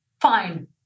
fine